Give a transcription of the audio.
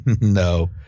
No